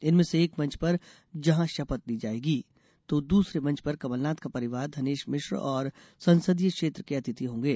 इनमें से एक मंच पर जहां शपथ ली जायेगी तो दूसरे मंच पर कमलनाथ का परिवार धनेश मिश्र और संसदीय क्षेत्र के अतिथि होंगे